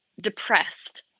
depressed